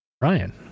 Ryan